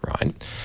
right